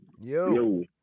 Yo